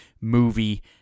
movie